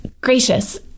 gracious